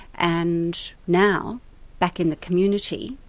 and now back in the community,